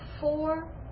four